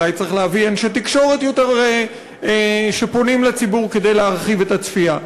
אולי צריך להביא אנשי תקשורת שפונים יותר לציבור כדי להרחיב את הצפייה,